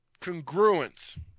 congruence